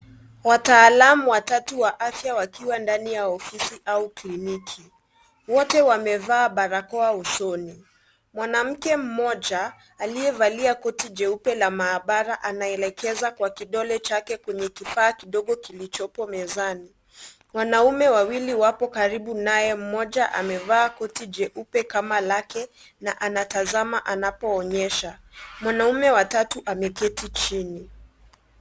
Wataalamu watatu wa afya wakiwa ndani ya ofisi au kliniki. Wote wamevaa barakoa usoni. Mwanamke mmoja aliyevalia koti jeupe la maabara anaelekeza kwa kidole chake kwenye kifaa kidogo kilichopo mezani. Wanaume wawili wapo karibu naye mmoja amevaa koti jeupe kama lake na anatazama anapoonyesha. Mwanaume wa tatu ameketi chini.